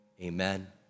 amen